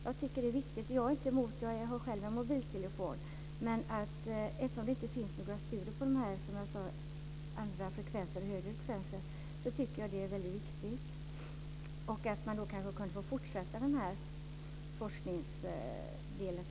Jag är inte emot den nya tekniken, och jag har själv mobiltelefon. Det har, som jag sagt, inte gjorts några studier av de nya och högre frekvenserna, men jag tycker att det är väldigt viktigt att sådana görs och att man får fortsätta den påbörjade forskningen.